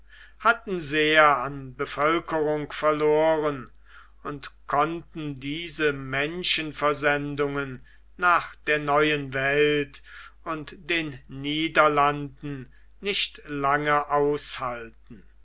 hatten sehr an bevölkerung verloren und konnten diese menschenversendungen nach der neuen welt und den niederlanden nicht lange aushalten